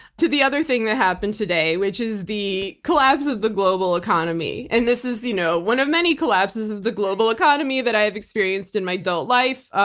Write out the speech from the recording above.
to the other thing that happened today which is the collapse of the global economy. and this is you know one of many collapses of the global economy that i've experienced in my adult life, ah